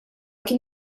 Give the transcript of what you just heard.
kien